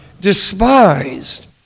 despised